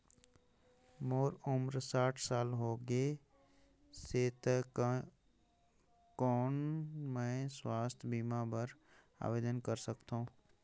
मोर उम्र साठ साल हो गे से त कौन मैं स्वास्थ बीमा बर आवेदन कर सकथव?